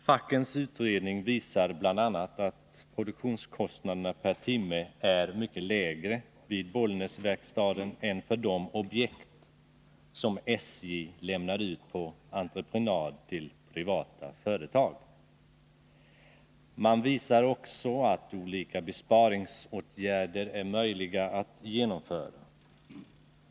Fackens utredning visar bl.a. att produktionskostnaderna per timme är mycket lägre vid Bollnäsverkstäderna än för de objekt som SJ lämnar ut på entreprenad till privata företag. Man visar också att olika besparingsåtgärder är möjliga att genomföra.